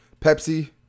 Pepsi